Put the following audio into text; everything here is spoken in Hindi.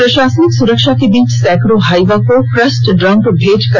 प्रशासनिक सुरक्षा के बीच सैकड़ों हाइवा को क्रस्ट डंप भेजा गया